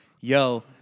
yo